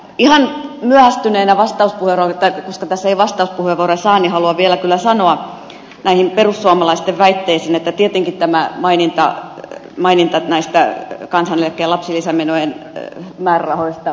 ihan myöhästyneenä vastauspuheenvuorona taikka koska tässä ei vastauspuheenvuoroja saa niin haluan vielä kyllä sanoa näihin perussuomalaisten väitteisiin että tietenkin tämä maininta näistä kansaneläkkeen lapsilisämenojen määrärahoista on budjettitekniikkaa